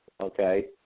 okay